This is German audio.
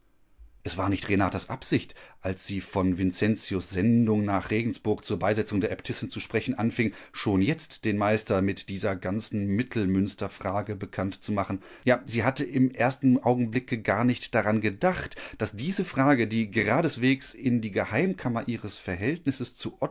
es war nicht renatas absicht als sie von vincentius sendung nach regensburg zur beisetzung der äbtissin zu sprechen anfing schon jetzt den meister mit dieser ganzen mittelmünsterfrage bekannt zu machen ja sie hat im ersten augenblicke gar nicht daran gedacht daß diese frage die geradeswegs in die geheimkammer ihres verhältnisses zu